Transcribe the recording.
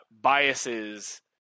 biases